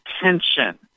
attention